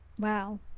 Wow